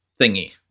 thingy